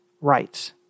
rights